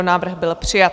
Návrh byl přijat.